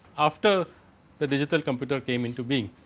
after the digital computer came into b,